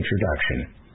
introduction